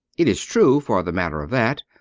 it is true, for the matter of that,